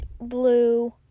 blue